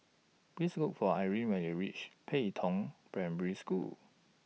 Please Look For Irene when YOU REACH Pei Tong Primary School